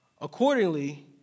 Accordingly